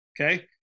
Okay